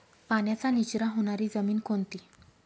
पाण्याचा निचरा होणारी जमीन कोणती?